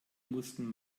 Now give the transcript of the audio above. mussten